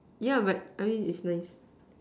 yeah but I mean it's nice